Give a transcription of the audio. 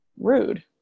rude